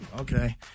okay